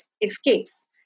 escapes